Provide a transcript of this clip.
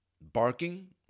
barking